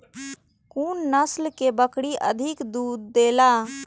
कुन नस्ल के बकरी अधिक दूध देला?